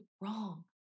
wrong